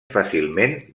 fàcilment